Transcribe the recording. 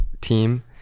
team